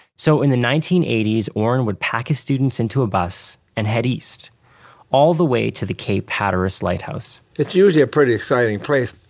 so in the nineteen eighty s, orrin would pack his students into a bus and head east all the way to the cape hatteras lighthouse it's usually a pretty exciting place.